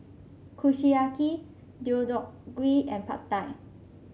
Kushiyaki Deodeok Gui and Pad Thai